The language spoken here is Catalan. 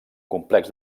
complex